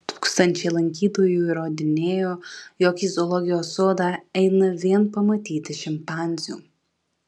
tūkstančiai lankytojų įrodinėjo jog į zoologijos sodą eina vien pamatyti šimpanzių